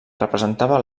representava